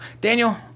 Daniel